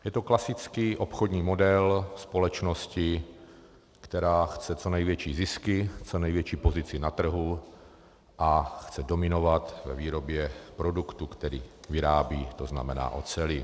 Je to klasický obchodní model společnosti, která chce co největší zisky, co největší pozici na trhu a chce dominovat ve výrobě produktu, který vyrábí, to znamená oceli.